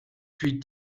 puis